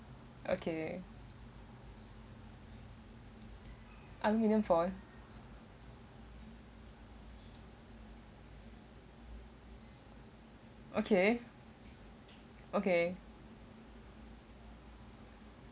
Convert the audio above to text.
okay aluminium foil okay okay